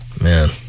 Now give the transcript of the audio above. Man